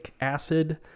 acid